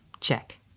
Check